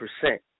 percent